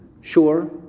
Sure